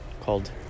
called